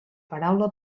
paraula